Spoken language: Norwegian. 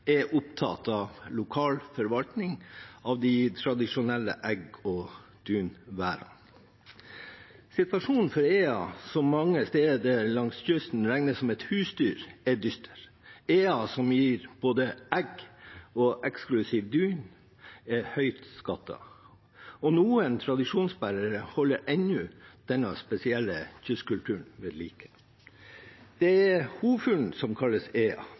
er opptatt av lokal forvaltning av de tradisjonelle egg- og dunværene. Situasjonen for eene, som mange steder langs kysten regnes som et husdyr, er dyster. Eer som gir både egg og eksklusiv dun er høyt skattet. Noen tradisjonsbærere holder ennå denne spesielle kystkulturen ved like. Det er hunnfuglene som kalles